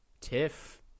TIFF